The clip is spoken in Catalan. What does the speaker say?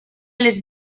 les